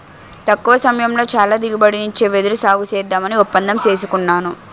తక్కువ సమయంలో చాలా దిగుబడినిచ్చే వెదురు సాగుసేద్దామని ఒప్పందం సేసుకున్నాను